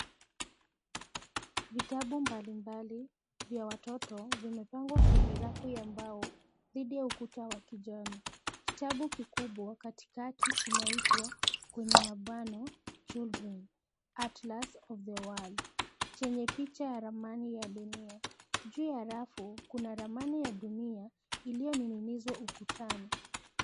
Vitabu mbalimbali vya watoto vimepangwa kwenye rafu ya mbao dhidi ya ukuta wa kijani. Kitabu kikubwa katikati kinaitwa (Children Atlas of the World )chenye picha ya ramani ya dunia. Juu ya rafu kuna ramani ya dunia iliyonin'ginizwa ukutani.